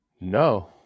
No